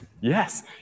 yes